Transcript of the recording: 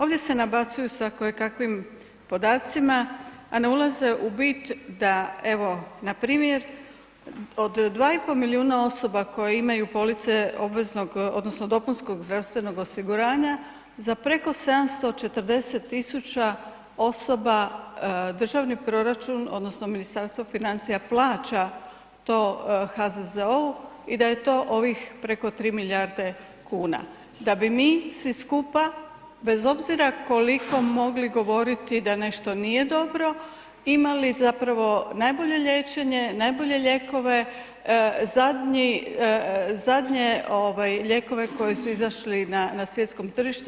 Ovdje se nabacuju sa kojekakvim podacima, a ne ulaze u bit da evo npr. od 2,5 milijuna osoba koje imaju police obveznog odnosno dopunskog zdravstvenog osiguranja za preko 740.000 osoba državni proračun odnosno Ministarstvo financija plaća to HZZO-u i da je to ovih preko 3 milijarde kuna, da bi mi svi skupa bez obzira koliko mogli govoriti da nešto nije dobro imali zapravo najbolje liječenje, najbolje lijekove, zadnji, zadnje lijekove koji su izašli na svjetskom tržištu.